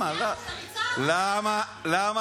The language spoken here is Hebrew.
(חברת הכנסת נעמה לזימי יוצאת מאולם המליאה.) למה לצעוק?